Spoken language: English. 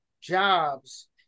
jobs